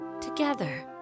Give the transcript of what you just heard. together